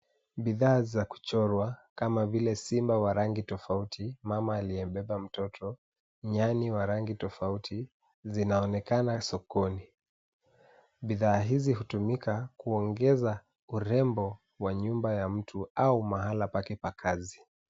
Bidhaa za kuchorwa kama vile simba wa rangi tofauti, mama aliyebeba mtoto, nyani wa rangi tofauti, zinaonekana sokoni. Bidhaa hizi hutumika kuongeza urembo wa nyumba ya mtu au mahala pake pa kazi.